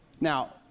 Now